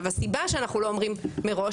הסיבה שאנחנו לא אומרים מראש,